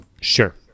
Sure